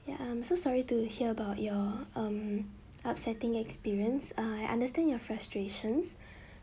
ya um so sorry to hear about your um upsetting experience uh I understand your frustrations